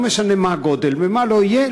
לא משנה מה הגודל ומה שלא יהיה,